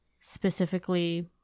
specifically